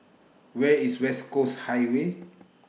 Where IS West Coast Highway